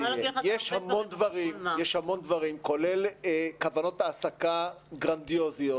יש המון דברים, כולל כוונות העסקה גרנדיוזיות,